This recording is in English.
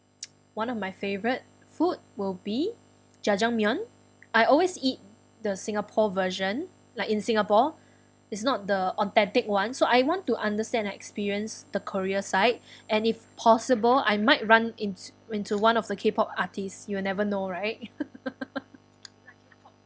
one of my favorite food will be jajangmyeon I always eat the singapore version like in singapore is not the authentic [one] so I want to understand experience the korea side and if possible I might run in~ into one of the K pop artist you'll never know right